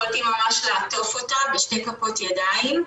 יכולתי ממש לעטוף אותה בשתי כפות ידיים.